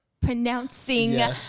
pronouncing